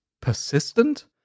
persistent